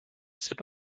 sip